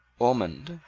ormond,